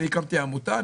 הקמתי עמותה,